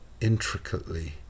intricately